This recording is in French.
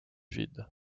vide